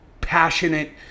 passionate